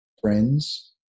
friends